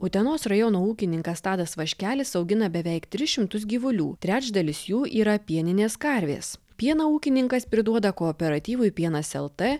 utenos rajono ūkininkas tadas vaškelis augina beveik tris šimtus gyvulių trečdalis jų yra pieninės karvės pieną ūkininkas priduoda kooperatyvui pienas lt